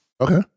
Okay